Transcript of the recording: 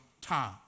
time